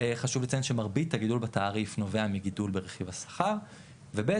חשוב לציין שמרבית הגידול בתעריף נובע מגידול ברכיב השכר וב'